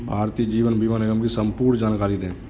भारतीय जीवन बीमा निगम की संपूर्ण जानकारी दें?